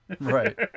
Right